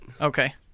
Okay